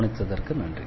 கவனித்ததற்கு நன்றி